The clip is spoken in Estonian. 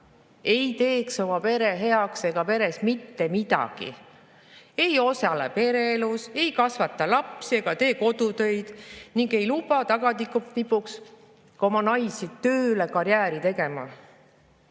ei teeks oma pere heaks ega peres mitte midagi: ei osale pereelus, ei kasvata lapsi ega tee kodutöid ning ei luba tagatipuks ka oma naisi tööle karjääri tegema.